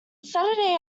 saturday